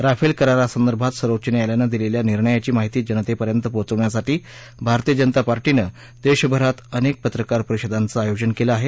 Rafale करारासंदर्भात सर्वोच्च न्यायालयानं दिलेल्या निर्णयाची माहिती जनतेपर्यंत पोचवण्यासाठी भारतीय जनता पार्टीनं देशभरात अनेक पत्रकार परिषदांचं आयोजन केलं आहे